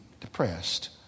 depressed